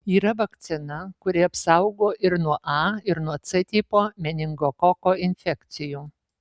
yra vakcina kuri apsaugo ir nuo a ir nuo c tipo meningokoko infekcijų